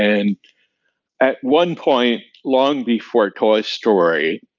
and at one point long before toy story,